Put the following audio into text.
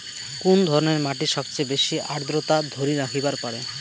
কুন ধরনের মাটি সবচেয়ে বেশি আর্দ্রতা ধরি রাখিবার পারে?